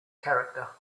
character